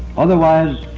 otherwise,